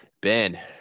ben